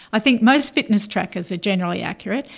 i think most fitness trackers are generally accurate.